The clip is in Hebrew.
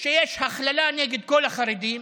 שיש הכללה נגד כל החרדים.